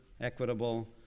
equitable